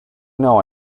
know